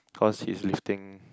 cause he's lifting